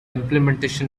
implementation